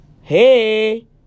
Hey